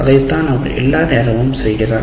அதுதான் அவர் எல்லா நேரமும் செய்கிறார்